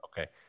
Okay